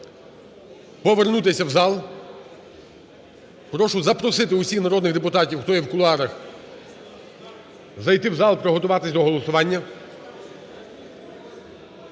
повернутися в зал, прошу запросити усіх народних депутатів, хто є в кулуарах, зайти в зал і приготуватись до голосування.